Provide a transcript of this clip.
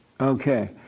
Okay